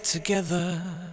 Together